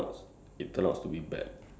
like you're supposed to do something